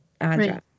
address